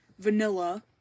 Vanilla